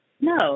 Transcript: No